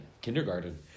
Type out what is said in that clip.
kindergarten